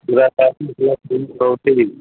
ସୁରାଟ ଆସିକି ଭଲ କୋଉଠି